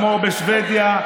כמו שבדיה,